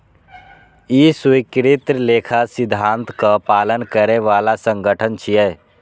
ई स्वीकृत लेखा सिद्धांतक पालन करै बला संगठन छियै